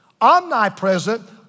omnipresent